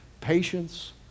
patience